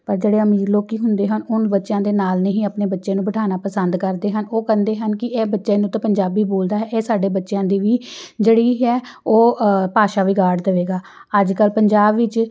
ਪਰ ਜਿਹੜੇ ਅਮੀਰ ਲੋਕ ਹੁੰਦੇ ਹਨ ਉਹਨਾਂ ਬੱਚਿਆਂ ਦੇ ਨਾਲ ਨਹੀਂ ਆਪਣੇ ਬੱਚੇ ਨੂੰ ਬਿਠਾਉਣਾ ਪਸੰਦ ਕਰਦੇ ਹਨ ਉਹ ਕਹਿੰਦੇ ਹਨ ਕਿ ਇਹ ਬੱਚਿਆਂ ਨੂੰ ਤਾਂ ਪੰਜਾਬੀ ਬੋਲਦਾ ਹੈ ਇਹ ਸਾਡੇ ਬੱਚਿਆਂ ਦੀ ਵੀ ਜਿਹੜੀ ਹੈ ਉਹ ਭਾਸ਼ਾ ਵਿਗਾੜ ਦੇਵੇਗਾ ਅੱਜ ਕੱਲ੍ਹ ਪੰਜਾਬ ਵਿੱਚ